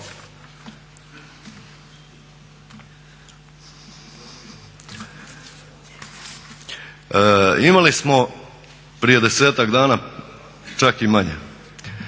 Imali smo prije desetak dana čak i manje